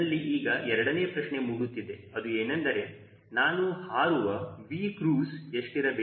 ನನ್ನಲ್ಲಿ ಈಗ ಎರಡನೇ ಪ್ರಶ್ನೆ ಮೂಡುತ್ತಿದೆ ಅದು ಏನೆಂದರೆ ನಾನು ಹಾರುವ Vcruize ಎಷ್ಟಿರಬೇಕು